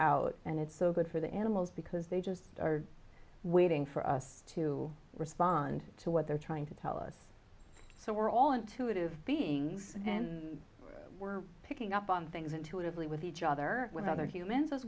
out and it's so good for the animals because they just are waiting for us to respond to what they're trying to tell us so we're all intuitive beings and we're picking up on things intuitively with each other with other humans as